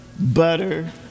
butter